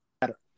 better